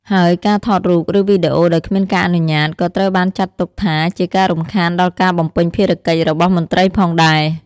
ហើយការថតរូប ឬវីដេអូដោយគ្មានការអនុញ្ញាត ក៏ត្រូវបានចាត់ទុកថាជាការរំខានដល់ការបំពេញភារកិច្ចរបស់មន្ត្រីផងដែរ។